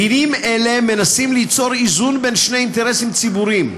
דינים אלה נועדו ליצור איזון בין שני אינטרסים ציבוריים: